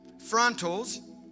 frontals